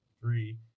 three